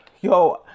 Yo